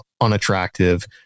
unattractive